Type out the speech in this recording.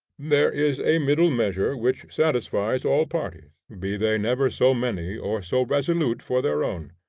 there is a middle measure which satisfies all parties, be they never so many or so resolute for their own.